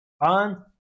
on